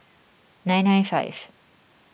nine nine five